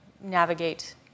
navigate